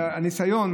והניסיון